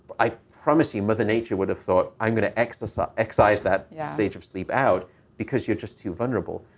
i promise you, mother nature would have thought, i'm gonna excise ah excise that yeah stage of sleep out because you're just too vulnerable.